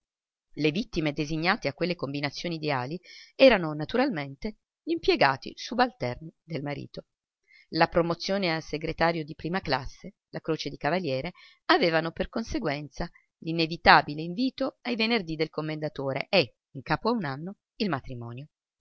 le vittime designate a quelle combinazioni ideali erano naturalmente gl'impiegati subalterni del marito la promozione a segretario di prima classe la croce di cavaliere avevano per conseguenza inevitabile l'invito ai venerdì del commendatore e in capo a un anno il matrimonio